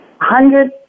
hundred